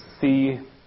see